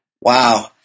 Wow